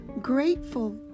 grateful